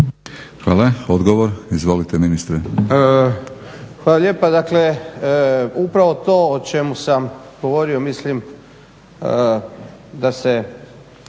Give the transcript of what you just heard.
Hvala. Odgovor, izvolite ministre. **Miljenić, Orsat** Hvala lijepa. Dakle upravo to o čemu sam govorio mislim da se,